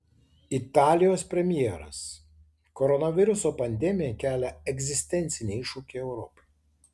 italijos premjeras koronaviruso pandemija kelia egzistencinį iššūkį europai